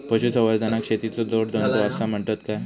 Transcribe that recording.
पशुसंवर्धनाक शेतीचो जोडधंदो आसा म्हणतत काय?